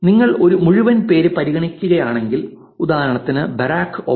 നിങ്ങൾ ഒരു മുഴുവൻ പേര് പരിഗണിക്കുകയാണെങ്കിൽ ഉദാഹരണത്തിന് ബരാക് ഒബാമ